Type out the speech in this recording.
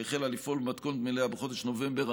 שהחלה לפעול במתכונת מלאה בחודש נובמבר,